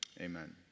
Amen